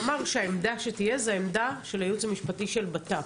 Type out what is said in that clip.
והוא אמר שהעמדה שתהיה היא העמדה של הייעוץ המשפטי של הבט"פ.